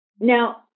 Now